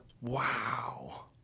wow